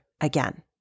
again